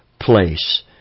place